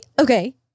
Okay